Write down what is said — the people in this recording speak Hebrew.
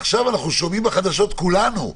עכשיו שומעים בחדשות כולנו,